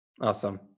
Awesome